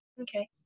Okay